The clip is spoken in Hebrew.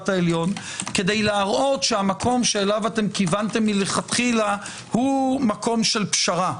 העליון כדי להראות שהמקום שאליו כיוונתם לכתחילה הוא מקום של פשרה.